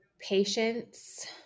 patience